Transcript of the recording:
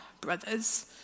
brothers